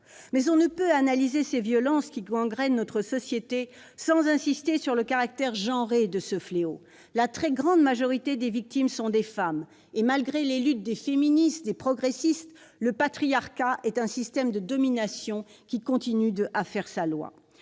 On ne peut analyser ces violences qui gangrènent notre société sans insister sur le caractère « genré » de ce fléau : la très grande majorité des victimes sont des femmes. Malgré les luttes menées par les féministes et les progressistes, le patriarcat est un système de domination qui continue d'imposer sa loi.